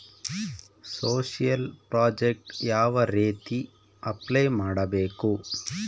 Social project ಯಾವ ರೇತಿ apply ಮಾಡಬೇಕು?